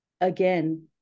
again